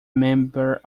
member